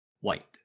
white